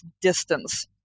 distance